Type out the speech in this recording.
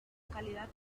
calidad